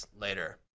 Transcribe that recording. later